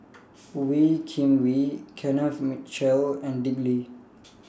Wee Kim Wee Kenneth Mitchell and Dick Lee